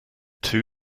two